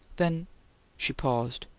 then she paused.